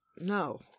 No